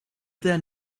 then